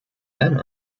then